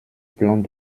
plans